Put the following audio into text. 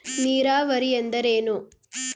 ನೀರಾವರಿ ಎಂದರೇನು?